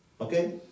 Okay